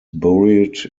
buried